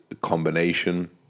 combination